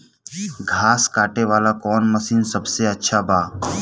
घास काटे वाला कौन मशीन सबसे अच्छा बा?